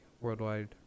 worldwide